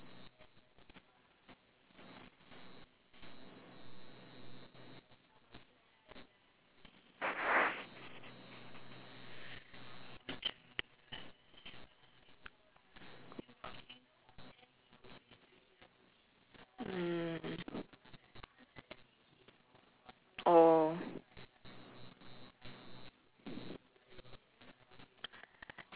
mm oh